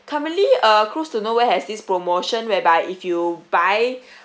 commonly uh cruise to nowhere has this promotion whereby if you buy